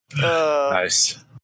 Nice